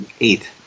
eight